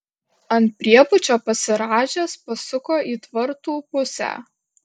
ant priebučio pasirąžęs pasuko į tvartų pusę